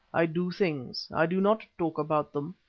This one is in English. i do things, i do not talk about them.